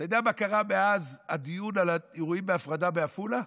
אתה יודע מה קרה מאז הדיון על האירועים בהפרדה בעפולה?